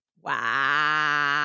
Wow